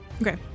okay